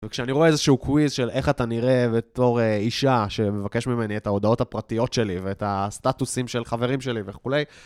וכשאני רואה איזה שהוא קוויז של איך אתה נראה בתור אישה שמבקש ממני את ההודעות הפרטיות שלי ואת הסטטוסים של חברים שלי וכולי,